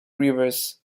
rivers